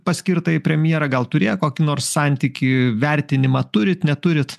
paskirtąjį premjerą gal turėjo kokį nors santykį vertinimą turit neturit